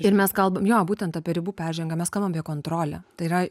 ir mes kalbam jo būtent apie ribų peržengimą mes kalbam apie kontrolę tai yra